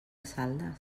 saldes